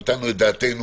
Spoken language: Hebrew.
נתנו את דעתנו,